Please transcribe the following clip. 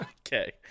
okay